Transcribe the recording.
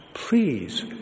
Please